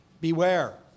beware